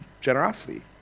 generosity